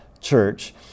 church